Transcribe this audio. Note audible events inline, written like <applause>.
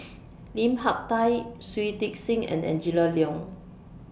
<noise> Lim Hak Tai Shui Tit Sing and Angela Liong